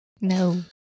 No